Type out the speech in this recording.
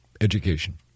education